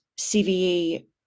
CVE